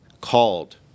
called